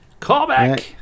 Callback